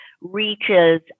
reaches